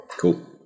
Cool